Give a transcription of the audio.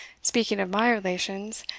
speaking of my relations,